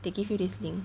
they give you this thing